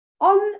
On